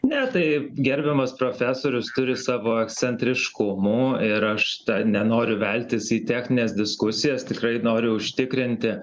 ne tai gerbiamas profesorius turi savo ekscentriškumų ir aš nenoriu veltis į technines diskusijas tikrai noriu užtikrinti